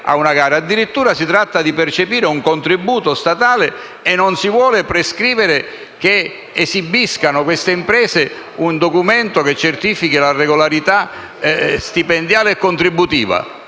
addirittura di percepire un contributo statale e non si vuole prescrivere che queste imprese esibiscano un documento che certifichi la regolarità stipendiale e contributiva?